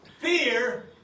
fear